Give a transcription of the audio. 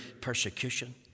persecution